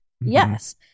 Yes